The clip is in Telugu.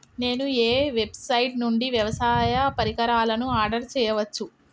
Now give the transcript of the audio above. నేను ఏ వెబ్సైట్ నుండి వ్యవసాయ పరికరాలను ఆర్డర్ చేయవచ్చు?